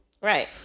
Right